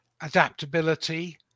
adaptability